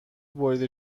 بریده